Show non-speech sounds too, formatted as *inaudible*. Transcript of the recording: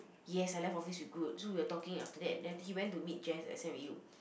*unintelligible*